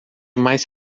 mais